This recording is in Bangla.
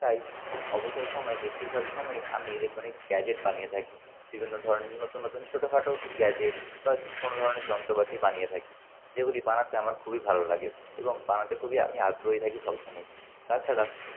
তাই অবসর সময় বেশিরভাগ সময়ই আমি ইলেক্ট্রনিক্স গ্যাজেট বানিয়ে থাকি বিভিন্ন ধরনের নতুন নতুন ছোটোখাটো গ্যাজেট বা কোনোও ধরনের যন্ত্রপাতি বানিয়ে থাকি যেগুলি বানাতে আমার খুবই ভালো লাগে এবং বানাতে খুবই আমি আমি আগ্রহী থাকি সব সময় তাছাড়া